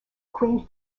queen